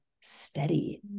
steady